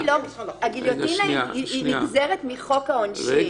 הגיליוטינה היא נגזרת מחוק העונשין.